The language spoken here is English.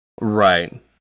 Right